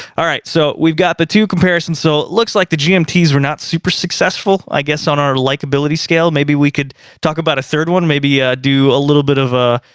alright so we've got the two comparison. so it looks like the gmts were not super successful, i guess, on our likability scale. maybe we could talk about a third one? maybe ah do a little bit of a